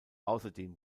außerdem